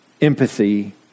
Empathy